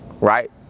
right